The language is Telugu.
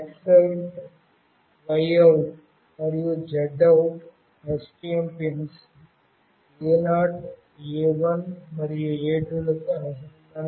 X OUT Y OUT మరియు Z OUT STM pins A0 A1 మరియు A2 లకు అనుసంధానించబడతాయి